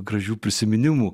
gražių prisiminimų